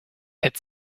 had